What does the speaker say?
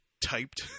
typed